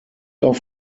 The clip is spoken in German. auf